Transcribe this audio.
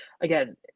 again